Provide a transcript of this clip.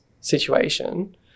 situation